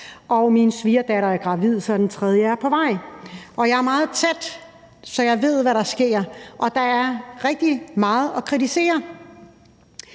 min svigerdatter er gravid, så den tredje er på vej. Jeg er meget tæt på det, så jeg ved, hvad der sker, og der er rigtig meget at kritisere.